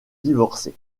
divorcer